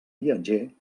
viatger